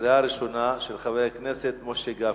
של חברי הכנסת משה גפני,